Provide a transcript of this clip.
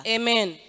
Amen